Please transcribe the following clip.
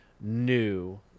new